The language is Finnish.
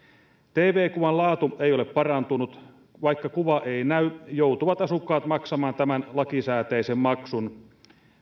tv kuvan laatu ei ole parantunut ja vaikka kuva ei näy joutuvat asukkaat maksamaan tämän lakisääteisen maksun